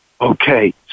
Okay